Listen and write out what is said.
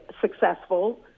successful